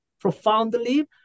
profoundly